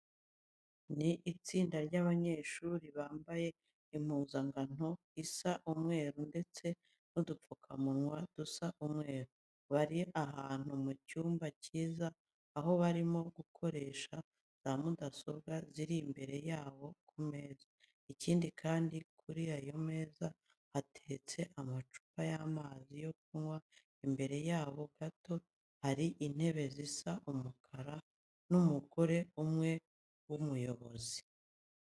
Ni itsinda ry'abanyeshuri bambaye impuzankano isa umweru ndetse n'udupfukamunwa dusa umweru. Bari ahantu mu cyumba cyiza, aho barimo gukoresha za mudasobwa ziri imbere yabo ku meza. Ikindi kandi, kuri ayo meza hateretseho amacupa y'amazi yo kunywa, imbere yabo gato hari intebe zisa umukara n'umugore umwe w'umuyobozi.